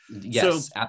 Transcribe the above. yes